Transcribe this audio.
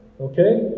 Okay